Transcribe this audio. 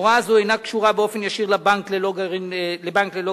הוראה זו אינה קשורה באופן ישיר לבנק ללא גרעין שליטה,